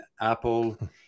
Apple